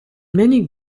many